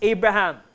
Abraham